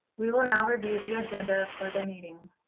we will now review the agenda for the meeting.